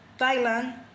Thailand